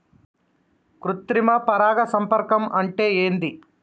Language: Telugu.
కృత్రిమ పరాగ సంపర్కం అంటే ఏంది?